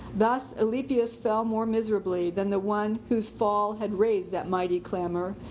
thus alypius fell more miserably than the one whose fall had raised that mighty clamor,